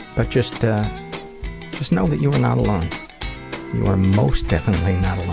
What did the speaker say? but just ah just know that you are not alone. you are most definitely not alone.